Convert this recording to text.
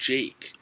Jake